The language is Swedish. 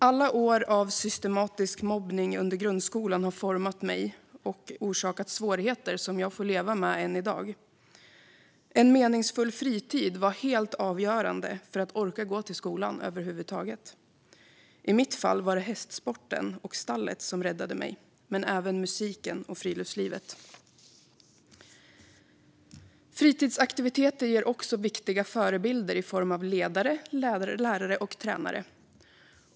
Alla år av systematisk mobbning i grundskolan har format mig och orsakat svårigheter som jag får leva med än i dag. En meningsfull fritid var helt avgörande för att orka gå till skolan över huvud taget. I mitt fall var det hästsporten och stallet som räddade mig, men även musiken och friluftslivet. Fritidsaktiviteter ger också viktiga förebilder i form av ledare, lärare och tränare.